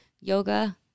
yoga